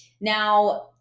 Now